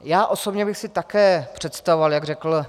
Já osobně bych si také představoval, jak řekl